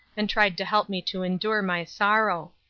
and tried to help me to endure my sorrow.